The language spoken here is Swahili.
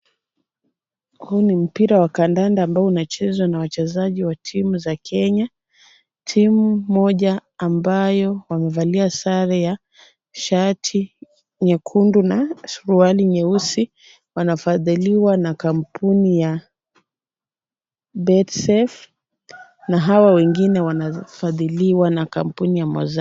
Huu ni mpira wa kandanda ambao unachezwa na wachezaji wa timu za Kenya. Timu moja ambayo wamevalia sare ya shati nyekundu na suruali nyeusi wanafadhiliwa na kampuni ya Betsafe na hawa wengine wanafadhiliwa na kampuni ya Mozart.